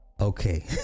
okay